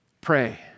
Pray